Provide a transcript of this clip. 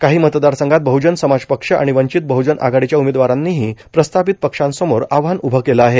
काही मतदारसंघात बहुजन समाज पक्ष आणि वंचित बहुजन आधाडीच्या उमेदवारांनीही प्रस्तापित पक्षांसमोर आव्हान उभं केलं आहे